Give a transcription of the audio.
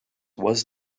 was